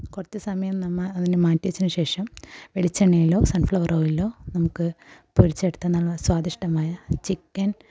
കുറച്ച് സമയം നമ്മൾ അതിനെ മാറ്റി വച്ച ശേഷം വെളിച്ചെണ്ണയിലോ സൺഫ്ലവർ ഓയിലിലോ നമുക്ക് പൊരിച്ചെടുത്ത നല്ല സ്വാദിഷ്ടമായ ചിക്കൻ